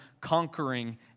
conquering